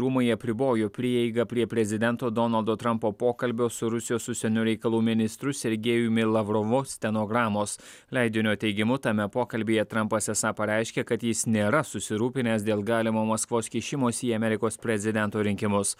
rūmai apribojo prieigą prie prezidento donaldo trampo pokalbio su rusijos užsienio reikalų ministru sergejumi lavrovu stenogramos leidinio teigimu tame pokalbyje trampas esą pareiškė kad jis nėra susirūpinęs dėl galimo maskvos kišimosi į amerikos prezidento rinkimus